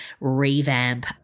revamp